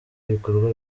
ibikorwa